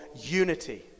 unity